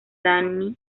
danny